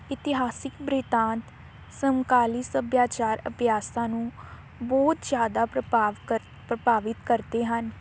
ਇਤਿਹਾਸਿਕ ਬ੍ਰਿਤਾਂਤ ਸਮਕਾਲੀ ਸੱਭਿਆਚਾਰ ਅਭਿਆਸਾਂ ਨੂੰ ਬਹੁਤ ਜ਼ਿਆਦਾ ਪ੍ਰਭਾਵ ਕ ਪ੍ਰਭਾਵਿਤ ਕਰਦੇ ਹਨ